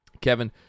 Kevin